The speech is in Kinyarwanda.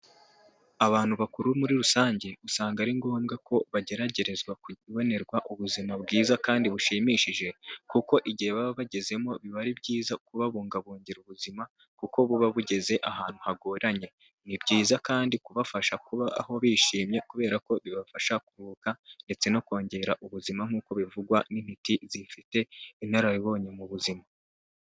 Abantu bakuru muri rusange usanga ari ngombwa ko bageragerezwa kubonerwa ubuzima bwiza kandi bushimishije. Kuko igihe baba bagezemo biba ari byiza kubabungabungira ubuzima kuko buba bugeze ahantu hagoranye. Ni byiza kandi kubafasha kuba aho bishimye kubera ko bibafasha kuruhuka ndetse no kongera ubuzima nk'uko bivugwa n'intiti zifite inararibonye mu buzima.